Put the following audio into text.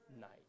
night